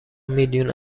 میلیون